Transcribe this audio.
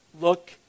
Look